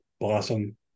Blossom